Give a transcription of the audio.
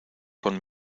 con